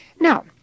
Now